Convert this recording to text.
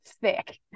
Thick